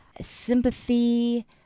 sympathy